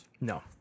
no